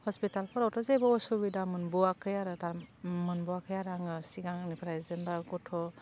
हस्पिटालफोरावथ' जेबो असुबिदा मोनब'वाखै आरो दा मोनबोआखै आरो आङो सिगांनिफ्राय जेनबा गथ'